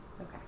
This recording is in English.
Okay